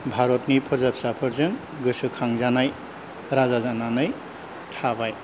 भारतनि फोरजा फिसाफोरजों गोसोखांजानाय राजा जानानै थाबाय